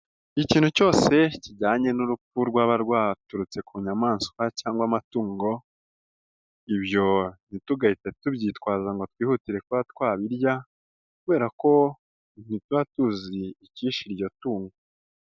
Ikintu cyose kijyanye n'urupfu rwaba rwaturutse ku nyamaswa cyangwa amatungo, ibyo ntitugahite tubyitwaza ngo twihutire kuba twabirya kubera ko ntituba tuzi ikishe iryo tungo.